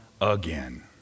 again